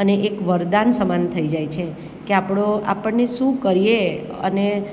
અને એક વરદાન સમાન થઈ જાય છે કે આપણો આપણને શું કરીએ અને